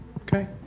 Okay